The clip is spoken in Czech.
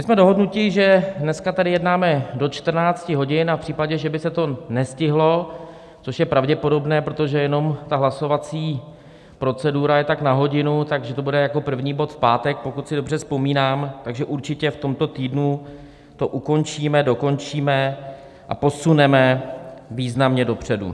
Jsme dohodnuti, že dneska tady jednáme do 14 hodin, a v případě, že by se to nestihlo, což je pravděpodobné, protože jenom ta hlasovací procedura je tak na hodinu, že to bude jako první bod v pátek, pokud si dobře vzpomínám, takže určitě v tomto týdnu to ukončíme, dokončíme a posuneme významně dopředu.